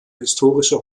historische